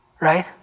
Right